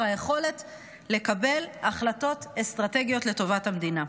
היכולת לקבל החלטות אסטרטגיות לטובת המדינה.